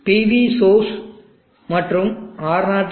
PV source மற்றும் R0